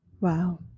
Wow